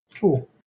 Cool